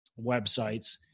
websites